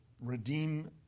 redeem